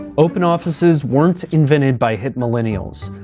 open offices weren't invented by hip millennials.